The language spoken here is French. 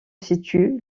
situe